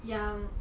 yang